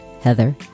Heather